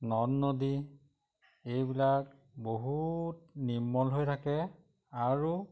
নদ নদী এইবিলাক বহুত নিৰ্মল হৈ থাকে আৰু